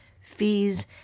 fees